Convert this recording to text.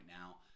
now